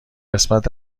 قسمت